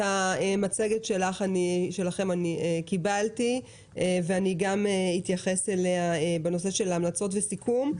את המצגת שלכם קיבלתי ואני גם אתייחס אליה בנושא של המלצות וסיכום.